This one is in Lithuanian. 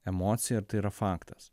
emocija ar tai yra faktas